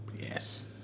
Yes